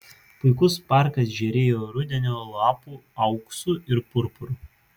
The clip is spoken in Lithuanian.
puikus parkas žėrėjo rudenio lapų auksu ir purpuru